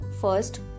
First